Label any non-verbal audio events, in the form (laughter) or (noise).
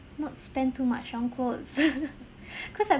not spend too much on clothes (laughs) cause I